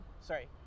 sorry